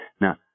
Now